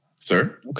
Sir